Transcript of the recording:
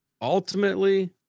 ultimately